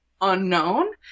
unknown